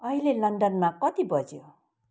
अहिले लन्डनमा कति बज्यो